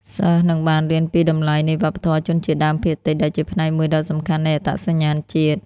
សិស្សនឹងបានរៀនពីតម្លៃនៃវប្បធម៌ជនជាតិដើមភាគតិច ដែលជាផ្នែកមួយដ៏សំខាន់នៃអត្តសញ្ញាណជាតិ។